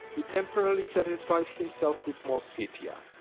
he temporarily satisified himself with small scythia.